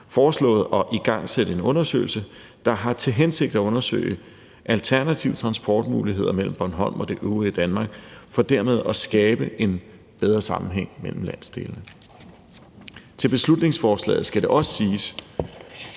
foreslået at igangsætte en undersøgelse, der har til hensigt at undersøge alternative transportmuligheder mellem Bornholm og det øvrige Danmark for dermed at skabe en bedre sammenhæng mellem landsdelene. Til beslutningsforslaget skal det også siges,